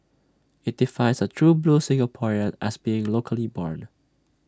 IT defines A true blue Singaporean as being locally born